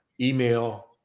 email